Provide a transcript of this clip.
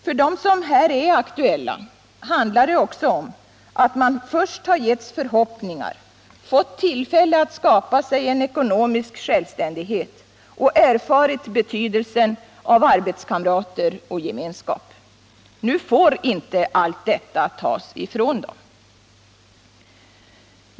För dem som här är aktuella handlar det också om att de har getts förhoppningar, fått tillfälle att skapa sig en ekonomisk självständighet och erfarit betydelsen av arbetskamrater och gemenskap. Nu får inte allt detta tas ifrån dem.